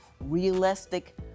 realistic